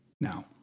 now